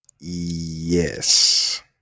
Yes